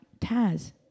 Taz